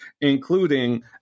including